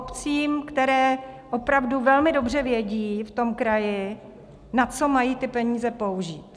Obcím, které opravdu velmi dobře vědí v tom kraji, na co mají peníze použít.